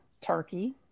Turkey